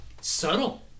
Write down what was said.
Subtle